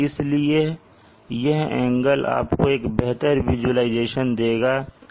इसलिए यह एंगल आपको एक बेहतर विजुलाइजेशन देगा